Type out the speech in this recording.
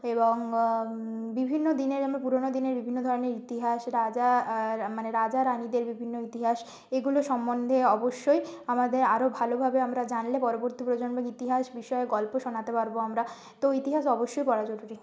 এবং বিভিন্ন দিনের আমরা পুরোনো দিনের বিভিন্ন ধরনের ইতিহাস রাজা মানে রাজা রানীদের বিভিন্ন ইতিহাস এগুলো সম্মন্ধে অবশ্যই আমাদের আরও ভালোভাবে আমরা জানলে পরবর্তী প্রজন্মের ইতিহাস বিষয়ে গল্প শোনাতে পারবো আমরা তো ইতিহাস অবশ্যই পড়া জরুরি